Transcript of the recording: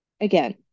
again